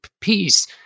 peace